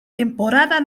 temporada